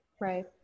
Right